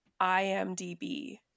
IMDb